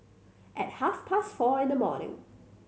at half past four in the morning